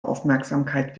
aufmerksamkeit